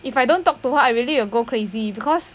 if I don't talk to her I really will go crazy because